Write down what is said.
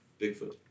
Bigfoot